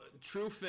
true